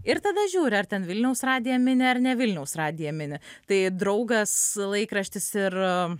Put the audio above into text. ir tada žiūri ar ten vilniaus radiją mini ar ne vilniaus radiją mini tai draugas laikraštis ir